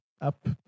up